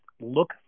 look